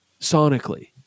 sonically